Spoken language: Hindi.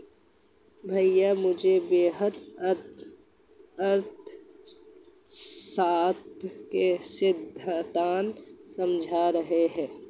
भैया मुझे वृहत अर्थशास्त्र के सिद्धांत समझा रहे हैं